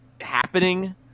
happening